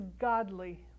godly